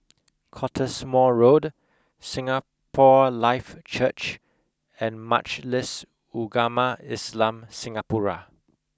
Cottesmore Road Singapore Life Church and Majlis Ugama Islam Singapura